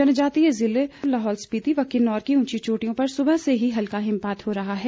जनजातीय जिलों लाहौल स्पीति व किन्नौर की ऊंची चोटियों पर सुबह से ही हल्का हिमपात हो रहा है